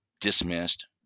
dismissed